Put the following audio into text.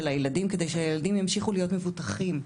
הילדים כדי שהילדים ימשיכו להיות מבוטחים,